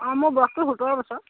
অ মোৰ বয়সটো সোতৰ বছৰ